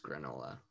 granola